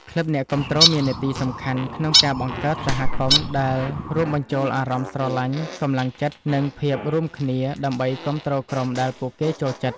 ក្លឹបអ្នកគាំទ្រមាននាទីសំខាន់ក្នុងការបង្កើតសហគមន៍ដែលរួមបញ្ចូលអារម្មណ៍ស្រឡាញ់ កំលាំងចិត្ត និងភាពរួមគ្នា ដើម្បីគាំទ្រក្រុមដែលពួកគេចូលចិត្ត។